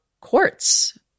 quartz